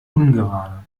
ungerade